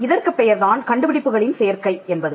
இதற்குப் பெயர்தான் கண்டுபிடிப்புகளின் சேர்க்கை என்பது